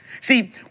See